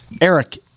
eric